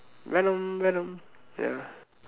Venom Venom ya